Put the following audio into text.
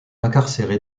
incarcéré